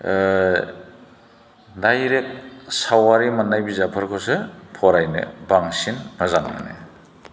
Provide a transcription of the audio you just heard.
direct सावगारि मोननाय बिजाबफोरखौसो फरायनो बांसिन मोजां मोनो